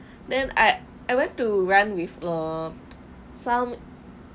then I I went to run with err some